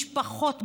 משפחות בהמתנה.